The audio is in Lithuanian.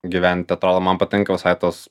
gyvent atrodo man patinka visai tos